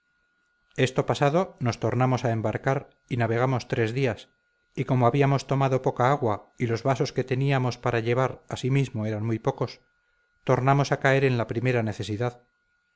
esto pasado nos tornamos a embarcar y navegamos tres días y como habíamos tomado poca agua y los vasos que teníamos para llevar asimismo eran muy pocos tornamos a caer en la primera necesidad